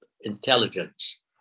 intelligence